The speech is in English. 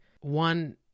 one